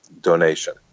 donation